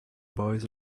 boys